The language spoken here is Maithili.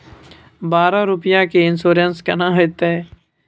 बारह रुपिया के इन्सुरेंस केना होतै?